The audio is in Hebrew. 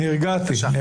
בבקשה.